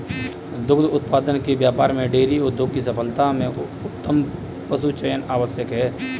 दुग्ध उत्पादन के व्यापार में डेयरी उद्योग की सफलता में उत्तम पशुचयन आवश्यक है